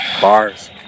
Bars